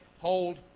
hold